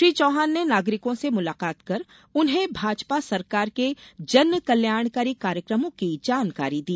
श्री चौहान ने नागरिकों से मुलाकात कर उन्हें भाजपा सरकार के जनकल्याणकारी कार्यक्रमों की जानकारी दी